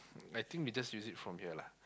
I think we just use it from here lah